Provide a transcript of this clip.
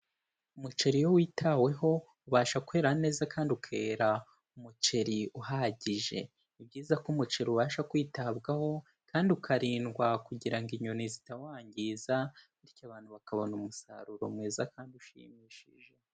Umuceri iyo witaweho ubasha kwera neza kandi ukera umuceri uhagije. Ni byiza ko umuceri ubasha kwitabwaho kandi ukarindwa kugira ngo inyoni zitawangiza, bityo abantu bakabona umusaruro mwiza kandi ushimishije.